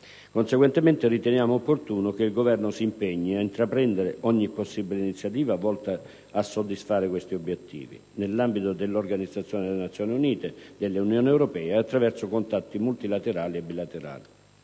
Conseguentemente riteniamo opportuno che il Governo si impegni a intraprendere ogni possibile iniziativa volta a soddisfare questi obiettivi, nell'ambito dell'Organizzazione delle Nazioni Unite, dell'Unione europea e attraverso contatti multilaterali e bilaterali.